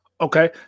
Okay